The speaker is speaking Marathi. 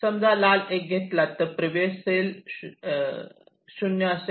समजा लाल 1 घेतला तर प्रिव्हिएस सेल 0 असेल